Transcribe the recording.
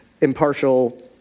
impartial